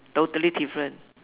totally different